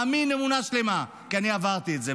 מאמין אמונה שלמה, כי אני עברתי את זה.